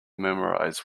memorize